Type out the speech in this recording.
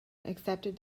accepted